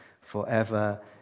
forever